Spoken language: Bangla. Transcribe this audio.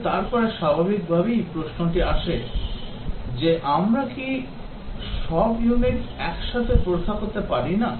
কিন্তু তারপরে স্বাভাবিকভাবেই প্রশ্নটি আসে যে আমরা কি সব ইউনিট একসাথে পরীক্ষা করতে পারি না